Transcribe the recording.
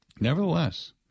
nevertheless